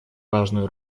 важную